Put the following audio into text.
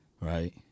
right